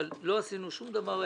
אבל לא עשינו שום דבר.